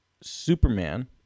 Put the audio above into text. Superman